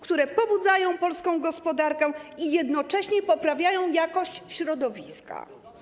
które pobudzają polską gospodarkę i jednocześnie poprawiają jakość środowiska.